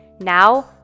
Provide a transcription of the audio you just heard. Now